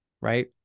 right